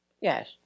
yes